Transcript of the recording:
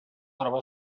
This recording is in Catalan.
troba